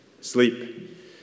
Sleep